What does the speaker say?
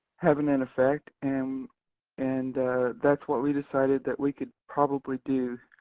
having an effect and and that's what we decided that we could probably do.